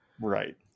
Right